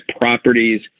properties